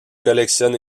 collectionne